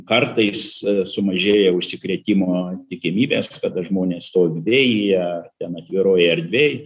kartais sumažėja užsikrėtimo tikimybės kada žmonės stovi vėjyje ten atviroj erdvėj